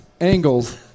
Angles